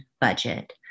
budget